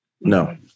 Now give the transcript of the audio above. No